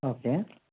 okay